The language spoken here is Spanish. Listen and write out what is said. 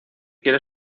quiere